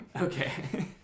Okay